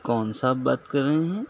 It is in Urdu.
کون صاحب بات کر رہے ہیں